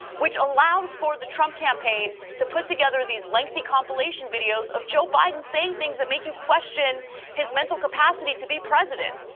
which allows for the trump campaign to put together these lengthy compilation videos of joe biden saying things that make you question his mental capacity to be president.